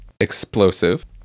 explosive